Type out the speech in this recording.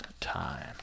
time